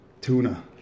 Tuna